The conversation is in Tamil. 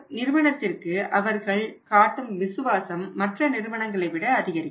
நிறுவனத்திற்கு அவர்கள் காட்டும் விசுவாசம் மற்ற நிறுவனங்களை விட அதிகரிக்கும்